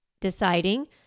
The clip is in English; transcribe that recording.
Deciding